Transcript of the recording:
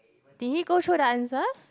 did he go through the answers